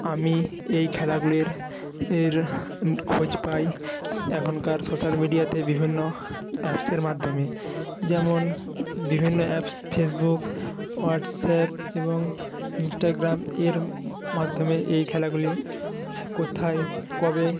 আমি এই খেলাগুলির এর খোঁজ পাই এখনকার স্যোশাল মিডিয়াতে বিভিন্ন অ্যাপসের মাধ্যমে যেমন বিভিন্ন অ্যাপস ফেসবুক হোয়াটসঅ্যাপ এবং ইন্সটাগ্রামের মাধ্যমে এই খেলাগুলি ছাঃ কোথায় কবে